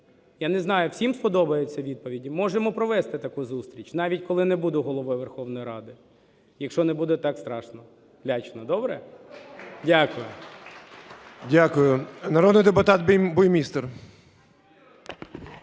Я не знаю, всім сподобаються відповіді? Можемо провести таку зустріч, навіть коли не буду Головою Верховної Ради, якщо не буде так страшно, лячно. Добре? Дякую. ГОЛОВУЮЧИЙ. Дякую. Народний депутат Буймістер.